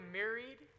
married